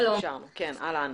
שלום,